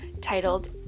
titled